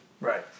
right